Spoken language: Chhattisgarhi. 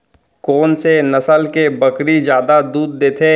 कोन से नस्ल के बकरी जादा दूध देथे